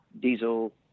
diesel